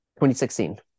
2016